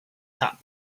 top